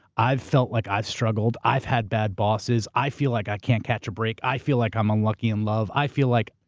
felt like i've struggled. i've had bad bosses. i feel like i can't catch a break. i feel like i'm unlucky in love. i feel like,